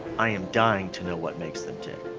i am dying to know what makes them tick,